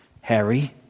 Harry